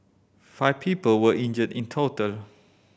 five people were injured in total